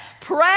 pray